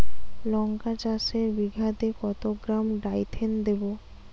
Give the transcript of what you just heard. লঙ্কা চাষে বিঘাতে কত গ্রাম ডাইথেন দেবো?